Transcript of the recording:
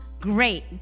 great